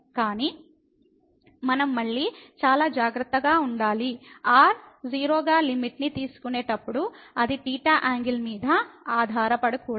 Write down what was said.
కానీ మనం మళ్ళీ చాలా జాగ్రత్తగా ఉండాలి r 0 గా లిమిట్ ని తీసుకునేటప్పుడు అది యాంగిల్ మీద ఆధారపడకూడదు